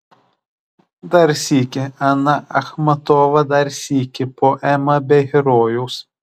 dar sykį ana achmatova dar sykį poema be herojaus